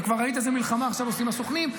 וכבר ראית איזו מלחמה עושים עכשיו הסוכנים,